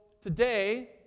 today